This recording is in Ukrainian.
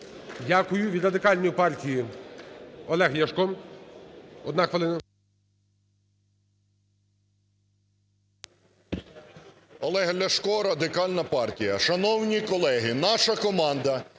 Дякую. Від Радикальної партії Олег Ляшко